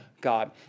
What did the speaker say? God